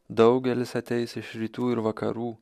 daugelis ateis iš rytų ir vakarų